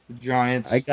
Giants